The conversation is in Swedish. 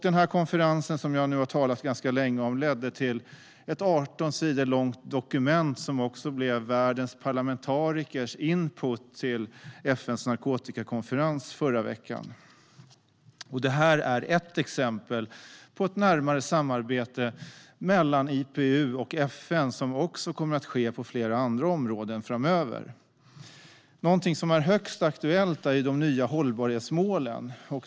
Den konferens som jag nu har talat ganska länge om ledde till ett 18 sidor långt dokument som blev världens parlamentarikers input till FN:s narkotikakonferens förra veckan. Detta är ett exempel på ett närmare samarbete mellan IPU och FN, och det kommer också att ske på flera andra områden framöver. Någonting som är högst aktuellt är de nya hållbarhetsmålen.